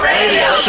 Radio